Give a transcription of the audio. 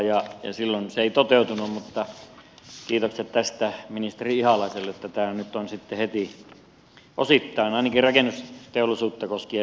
silloin se ei toteutunut mutta kiitokset tästä ministeri ihalaiselle että tämä nyt on sitten heti osittain ainakin rakennusteollisuutta koskien lähtenyt liikkeelle